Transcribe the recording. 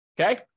okay